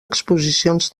exposicions